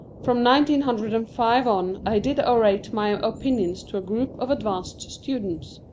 from nineteen hundred and five on i did orate my opinions to a group of advanced students.